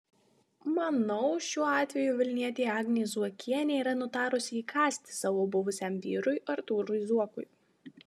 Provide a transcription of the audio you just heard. manau šiuo atveju vilnietė agnė zuokienė yra nutarusi įkąsti savo buvusiam vyrui artūrui zuokui